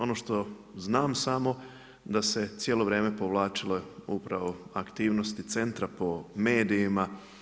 Ono što znam samo da se cijelo vrijeme povlačile upravo aktivnosti centra po medijima.